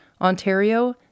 Ontario